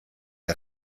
der